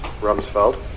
Rumsfeld